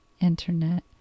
internet